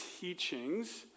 teachings